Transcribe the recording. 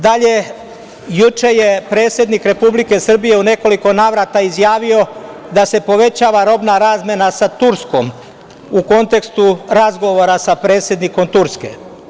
Dalje, juče je predsednik Republike Srbije u nekoliko navrata izjavio da se povećava robna razmena sa Turskom u kontekstu razgovora sa predsednik Turske.